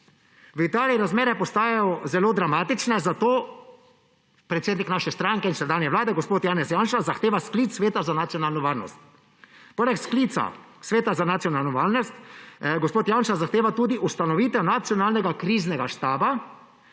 v Italiji razmere postajajo zelo dramatične, zato predsednik naše stranke in sedanje vlade gospod Janez Janša zahteva sklic Sveta za nacionalno varnost. Poleg sklica Sveta za nacionalno varnost gospod Janša zahteva tudi ustanovitev nacionalnega kriznega štaba,